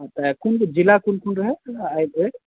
कोन जिला कोन कोन रहै आइ धरि